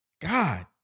God